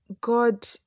God